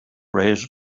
raised